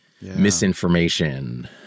misinformation